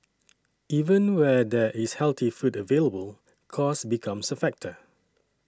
even where there is healthy food available cost becomes a factor